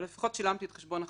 אבל לפחות שילמתי את חשבון החשמל.